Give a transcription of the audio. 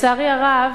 לצערי הרב,